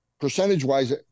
percentage-wise